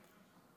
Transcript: כנוס".